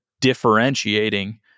differentiating